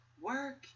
work